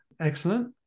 excellent